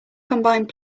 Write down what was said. combined